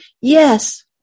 Yes